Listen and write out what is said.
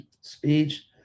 speech